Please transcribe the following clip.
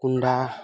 କୁଣ୍ଡା